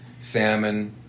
salmon